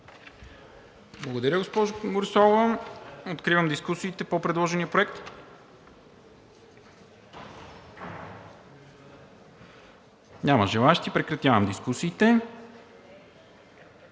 Благодаря, госпожо Бориславова. Откривам дискусиите по предложения проект. Няма желаещи. Прекратявам дискусиите.